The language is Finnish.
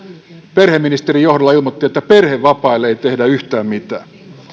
perheministerin johdolla ilmoitti että perhevapaille ei tehdä yhtään mitään